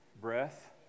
Breath